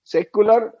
Secular